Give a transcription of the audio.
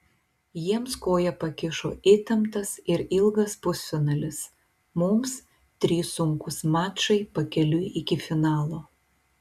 jiems koją pakišo įtemptas ir ilgas pusfinalis mums trys sunkūs mačai pakeliui iki finalo